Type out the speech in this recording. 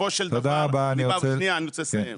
בסופו של דבר, שניה, אני רוצה לסיים.